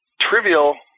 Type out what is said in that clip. trivial